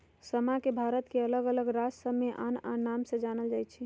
समा के भारत के अल्लग अल्लग राज सभमें आन आन नाम से जानल जाइ छइ